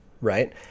right